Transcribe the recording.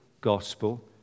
gospel